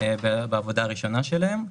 בעבודה הראשונה שלהם.